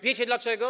Wiecie dlaczego?